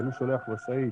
אני שולח משאית